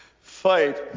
fight